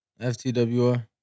FTWR